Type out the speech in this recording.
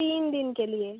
तीन दिन के लिए